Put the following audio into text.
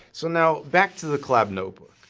so now, back to the collab notebook.